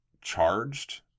charged